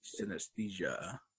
synesthesia